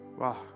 wow